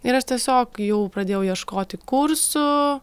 ir aš tiesiog jau pradėjau ieškoti kursų